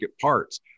parts